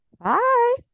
Bye